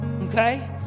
okay